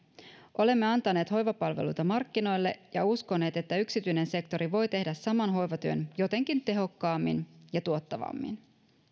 olemme antaneet hoivapalveluita markkinoille ja uskoneet että yksityinen sektori voi tehdä saman hoivatyön jotenkin tehokkaammin ja tuottavammin